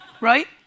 right